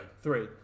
Three